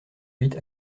huit